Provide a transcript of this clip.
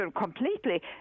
completely